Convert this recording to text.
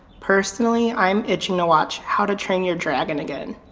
personally, i'm itching to watch how to train your dragon, again.